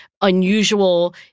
unusual